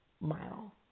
mile